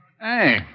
Hey